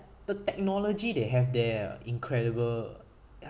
the technology they have there ah incredible